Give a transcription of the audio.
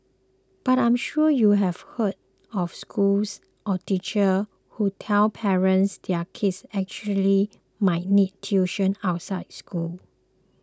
but I'm sure you have heard of schools or teachers who tell parents their kids actually might need tuition outside school